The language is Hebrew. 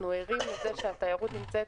אנחנו ערים לזה שהתיירות נמצאת